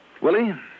Willie